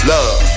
Love